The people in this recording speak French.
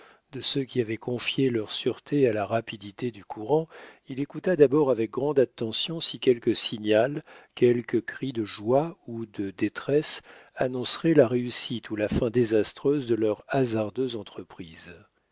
de ceux qui avaient confié leur sûreté à la rapidité du courant il écouta d'abord avec grande attention si quelque signal quelque cri de joie ou de détresse annoncerait la réussite ou la fin désastreuse de leur hasardeuse entreprise